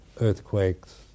earthquakes